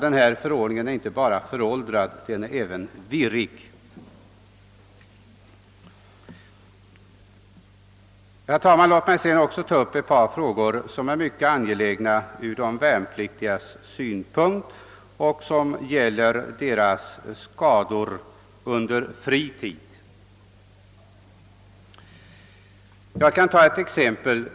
Denna förordning är alltså inte bara föråldrad utan även virrig. Herr talman! Låt mig ta upp ett par frågor, som är mycket angelägna från de värnpliktigas synpunkt och som gäller skador under fritiden. Jag kan ta ett exempel.